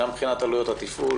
גם מבחינת עלויות התפעול.